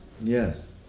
Yes